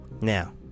Now